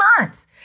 months